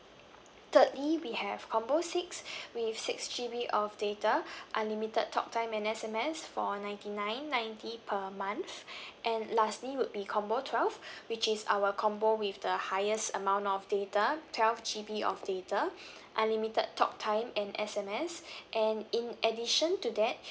thirdly we have combo six with six G_B of data unlimited talk time and S_M_S for ninety nine ninety per month and lastly would be combo twelve which is our combo with the highest amount of data twelve G_B of data unlimited talk time and S_M_S and in addition to that